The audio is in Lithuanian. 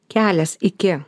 kelias iki